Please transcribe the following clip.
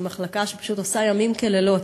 שהיא מחלקה שפשוט עושה ימים ולילות.